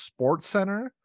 SportsCenter